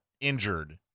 injured